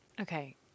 Okay